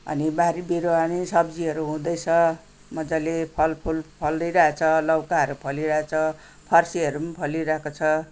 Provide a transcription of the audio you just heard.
अनि बारी बिरुवा नि सब्जीहरू हुँदैछ मजाले फलफुल फलिरहेछ लौकाहरू फलिरहेछ फर्सीहरू पनि फलिरहेको छ